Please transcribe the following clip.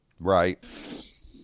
right